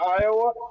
Iowa